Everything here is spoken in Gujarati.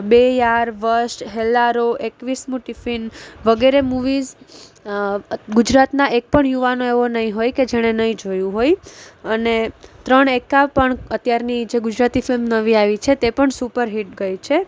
બે યાર વશ હેલ્લારો એકવીસમું ટિફિન વગેરે મૂવીઝ ગુજરાતનાં એક પણ યુવાનો એવો નહીં હોય કે જેણે નહીં જોયું હોય અને ત્રણ એક્કા પણ અત્યારની જે ગુજરાતી ફિલ્મ નવી આવી છે તે પણ સુપર હિટ ગઈ છે